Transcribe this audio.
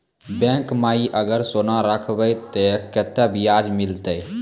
Bank माई अगर सोना राखबै ते कतो ब्याज मिलाते?